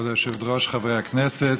כבוד היושבת-ראש, חברי הכנסת,